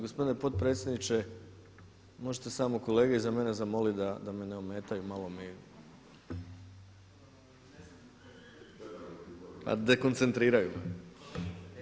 Gospodine potpredsjedniče, možete samo kolege iza mene zamoliti da me ne ometaju, malo mi, dekoncentriraju me.